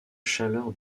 chaleur